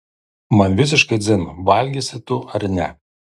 man visiškai dzin valgysi tu ar ne